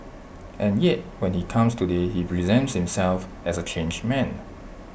and yet when he comes today he presents himself as A changed man